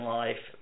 life